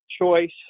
choice